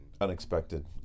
Unexpected